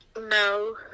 No